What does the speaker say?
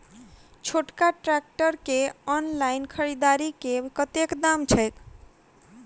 छोटका ट्रैक्टर केँ ऑनलाइन खरीददारी मे कतेक दाम छैक?